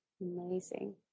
amazing